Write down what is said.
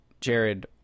Jared